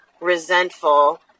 resentful